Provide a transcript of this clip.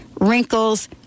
wrinkles